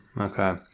okay